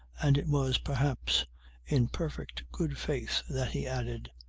and it was perhaps in perfect good faith that he added,